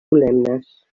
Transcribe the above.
solemnes